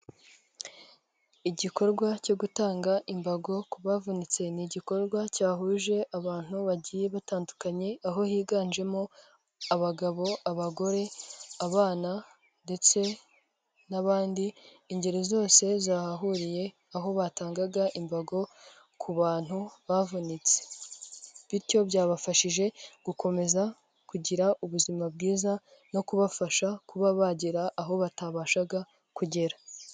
Igikorwa cyo gutanga imbago ku bavunitse, ni igikorwa cyahuje abantu bagiye batandukanye, aho higanjemo abagabo, abagore, abana ndetse n'abandi, ingeri zose zahahuriye, aho batangaga imbago ku bantu bavunitse, bityo byabafashije gukomeza kugira ubuzima bwiza no kubafasha kuba bagera aho batabashaga kugera.